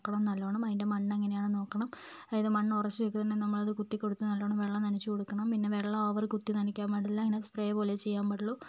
നോക്കണം നല്ലോണം അതിൻ്റെ മണ്ണെങ്ങനെയാണെന്ന് നോക്കണം അതായത് മണ്ണൊറച്ച് നിൽക്കുന്നുണ്ടെങ്കിൽ നമ്മളത് കുത്തിക്കൊടുത്ത് നല്ലോണം വെള്ളം നനച്ച് കൊടുക്കണം പിന്നേ വെള്ളം ഓവർ കുത്തി നനയ്ക്കാൻ പാടില്ല ഇങ്ങനേ സ്പ്രേ പോലെയേ ചെയ്യാൻ പാടുള്ളൂ